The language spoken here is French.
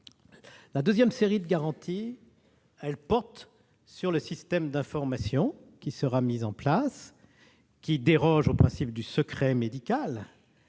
La deuxième série de garanties porte sur le système d'information mis en place, qui déroge au principe du secret médical